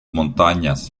montañas